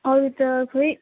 अरू त खोई